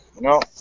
no